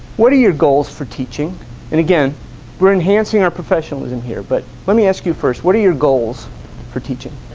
what are your goals for teaching and again we're enhancing our professionals in here but let me ask you first what are your goals are teaching